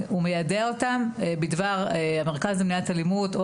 הוא מיידע אותם בדבר המרכז למניעת אלימות או